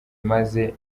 maze